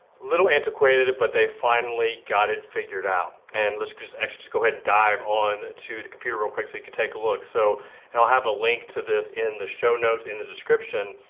little antiquated, but they finally got it figured out. and let's just just go ahead and dive on to the computer real quick so you can take a look. so and i'll have a link to this in the show note in the description.